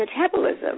metabolism